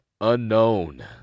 Unknown